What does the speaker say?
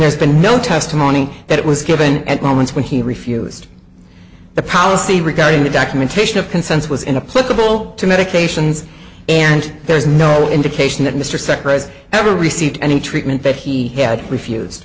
there's been no testimony that it was given and moments when he refused the policy regarding the documentation of consensus was in a political to medications and there is no indication that mr secrest ever received any treatment that he had refused